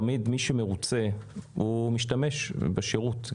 תמיד מי שמרוצה משתמש בשירות.